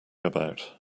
about